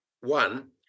One